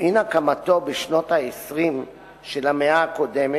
למן הקמתו בשנות ה-20 של המאה הקודמת,